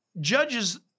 judges